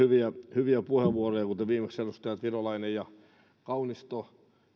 hyviä puheenvuoroja kuten viimeksi edustajat virolainen ja kaunisto